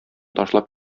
ташлап